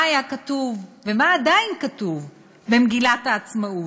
נכתב ומה עדיין כתוב במגילת העצמאות: